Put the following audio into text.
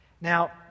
Now